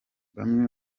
bamwe